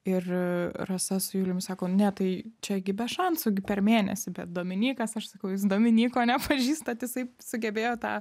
ir rasa su julium sako ne tai čia gi be šansų gi per mėnesį bet dominykas aš sakau jūs dominyko nepažįstat jisai sugebėjo tą